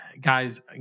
Guys